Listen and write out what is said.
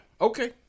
Okay